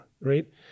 right